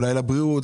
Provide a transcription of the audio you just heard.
לבריאות,